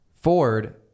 Ford